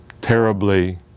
terribly